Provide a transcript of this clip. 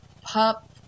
pup